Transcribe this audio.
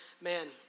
man